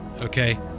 Okay